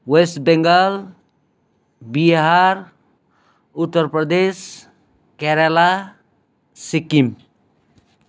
West Bengal Bihar Uttar Pradesh Kerala Sikkim